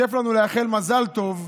כיף לנו לאחל מזל טוב,